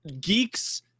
geeks